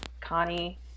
Connie